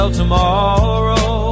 tomorrow